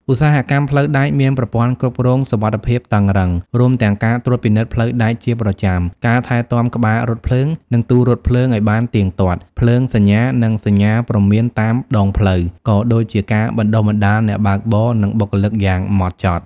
ឧស្សាហកម្មផ្លូវដែកមាន ប្រព័ន្ធគ្រប់គ្រងសុវត្ថិភាពតឹងរ៉ឹង រួមទាំងការត្រួតពិនិត្យផ្លូវដែកជាប្រចាំ ការថែទាំក្បាលរថភ្លើង និងទូរថភ្លើងឱ្យបានទៀងទាត់ ភ្លើងសញ្ញា និងសញ្ញាព្រមានតាមដងផ្លូវ ក៏ដូចជាការបណ្តុះបណ្តាលអ្នកបើកបរ និងបុគ្គលិកយ៉ាងម៉ត់ចត់។